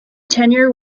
tenure